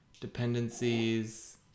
dependencies